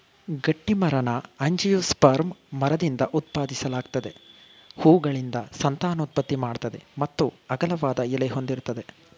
ಗಟ್ಟಿಮರನ angiosperm ಮರದಿಂದ ಉತ್ಪಾದಿಸಲಾಗ್ತದೆ ಹೂವುಗಳಿಂದ ಸಂತಾನೋತ್ಪತ್ತಿ ಮಾಡ್ತದೆ ಮತ್ತು ಅಗಲವಾದ ಎಲೆ ಹೊಂದಿರ್ತದೆ